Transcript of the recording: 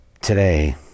Today